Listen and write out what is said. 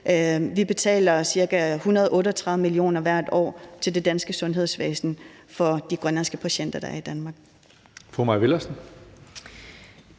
hvert år ca. 138 mio. kr. til det danske sundhedsvæsen for de grønlandske patienter, der er i Danmark.